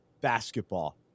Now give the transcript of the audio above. basketball